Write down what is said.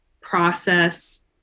process